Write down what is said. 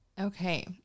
Okay